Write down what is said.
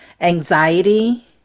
anxiety